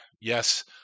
yes